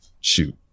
Shoot